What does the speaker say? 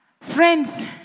Friends